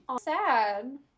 sad